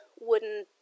wooden